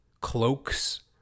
cloaks